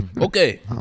Okay